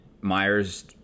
Myers